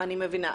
אני מבינה.